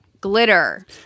glitter